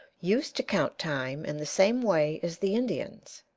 used to count time in the same way as the indians,